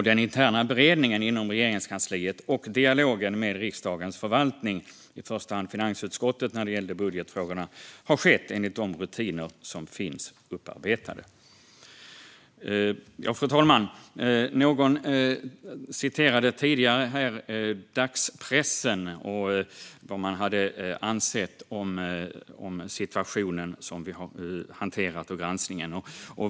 Den interna beredningen inom Regeringskansliet och dialogen med riksdagens förvaltning, i första hand finansutskottet när det gällde budgetfrågorna, har skett enligt de rutiner som finns upparbetade. Fru talman! Någon citerade tidigare dagspressen och vad man hade ansett om den situation som vi har hanterat i granskningen.